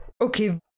Okay